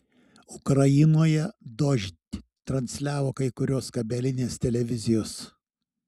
ukrainoje dožd transliavo kai kurios kabelinės televizijos